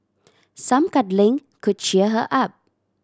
some cuddling could cheer her up